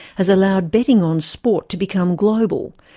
has allowed betting on sport to become global,